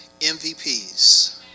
MVPs